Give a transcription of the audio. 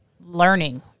learning